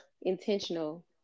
intentional